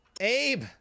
Abe